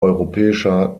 europäischer